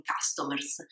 customers